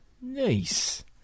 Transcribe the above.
nice